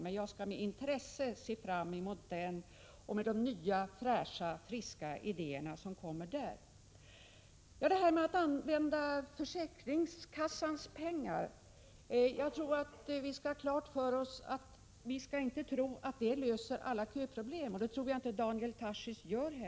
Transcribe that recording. Jag ser således med intresse fram emot den katalogen och mot de nya fräscha, friska idéer som där kommer att presenteras. Sedan till det här med att använda försäkringskassans pengar. Jag tror att vi skall ha klart för oss att vi på den punkten inte löser alla köproblem. Daniel Tarschys tror nog inte heller någonting annat.